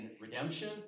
redemption